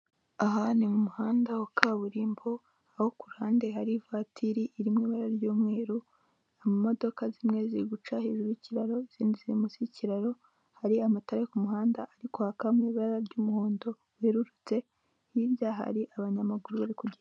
Aha ni mu muhanda wa kaburimbo aho kuruhande hari ivatiri iri mu ibara ry'umweru, zimwe zi guca hejuru y'ikiro izindi munsi y'ikiraro hari amatara ku muhanda ari kwaka mu ibara ry'umuhondo ryerurutse hirya hari abanyamaguru bari kugenda.